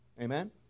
amen